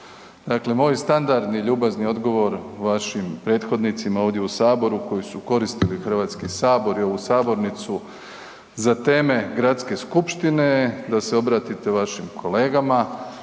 Dakle, moj standardni ljubazni odgovor vašim prethodnicima ovdje u saboru, koji su koristili Hrvatski sabor i ovu sabornicu za teme gradske skupštine da se obratite vašim kolegama